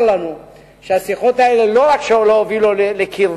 לנו שהשיחות האלה לא רק שלא הובילו לקרבה,